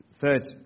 Third